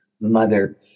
mother